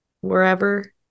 wherever